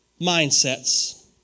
mindsets